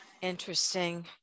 interesting